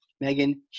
Megan